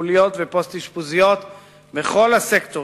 טיפוליות ופוסט-אשפוזיות בכל הסקטורים: